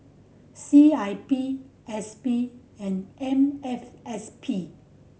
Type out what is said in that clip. C I P S P and M F S P